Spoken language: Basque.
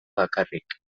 bakarrik